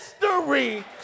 history